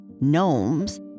gnomes